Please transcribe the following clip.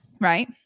Right